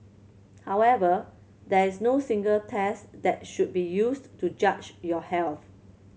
however there is no single test that should be used to judge your health